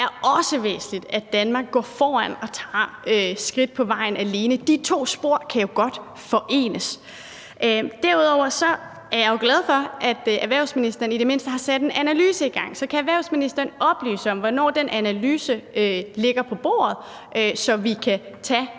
det er også væsentligt, at Danmark går foran og tager skridt på vejen alene. De to spor kan jo godt forenes. Derudover er jeg jo glad for, at erhvervsministeren i det mindste har sat en analyse i gang. Så kan erhvervsministeren oplyse om, hvornår den analyse ligger på bordet, så vi kan tage